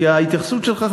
כי ההתייחסות שלך,